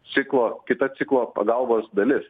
ciklo kita ciklo pagalbos dalis